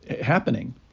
happening